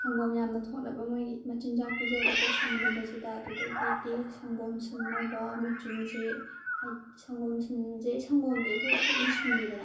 ꯁꯪꯒꯣꯝ ꯌꯥꯝꯅ ꯊꯣꯛꯅꯕ ꯃꯣꯏꯒꯤ ꯃꯆꯤꯟꯖꯥꯛ ꯄꯤꯖꯕꯀꯣ ꯁꯟꯒꯨꯝꯕꯁꯤꯗ ꯑꯗꯨꯗꯒꯤꯗꯤ ꯁꯪꯒꯣꯝ ꯁꯨꯝꯅꯕ ꯃꯦꯆꯤꯟꯁꯦ ꯁꯪꯒꯣꯝ ꯁꯪꯒꯣꯝꯁꯦ ꯑꯩꯈꯣꯏ ꯈꯨꯠꯅ ꯁꯨꯝꯃꯤꯗꯅ